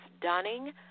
dunning